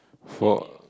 for